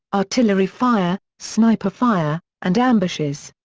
artillery fire, sniper fire, and ambushes.